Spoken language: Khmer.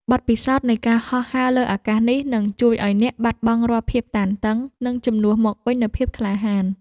បទពិសោធន៍នៃការហោះហើរលើអាកាសនេះ នឹងជួយឱ្យអ្នកបាត់បង់រាល់ភាពតានតឹង និងជំនួសមកវិញនូវភាពក្លាហាន។